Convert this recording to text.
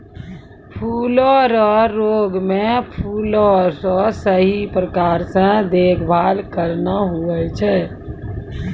फूलो रो रोग मे फूलो रो सही प्रकार से देखभाल करना हुवै छै